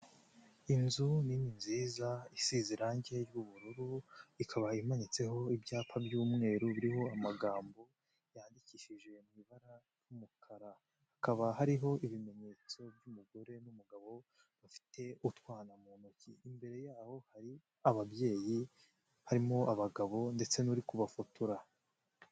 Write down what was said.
Inzu nini nziza isize irangi ry'ubururu ikaba imanitseho ibyapa by'umweru biriho amagambo yandikishije mu ibara ry'umukara, hakaba hariho ibimenyetso by'umugore n'umugabo bafite utwana mu ntoki, imbere yaho hari ababyeyi harimo abagabo ndetse n'uri kubafotora.